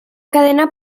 cadena